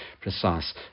precise